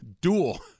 duel